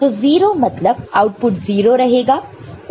तो 0 मतलब आउटपुट 0 रहेगा